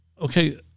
Okay